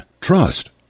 Trust